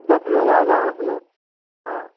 दस लोग आ जाएं उसमें हाँ